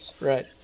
Right